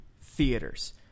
theaters